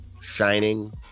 Shining